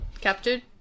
Captured